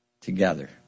together